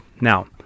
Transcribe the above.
now